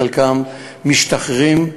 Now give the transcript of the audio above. חלקם משתחררים,